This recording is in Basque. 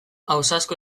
ausazko